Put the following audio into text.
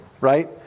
Right